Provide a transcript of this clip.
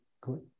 Good